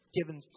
given